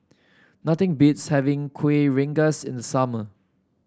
nothing beats having Kuih Rengas in summer